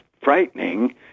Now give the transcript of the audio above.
frightening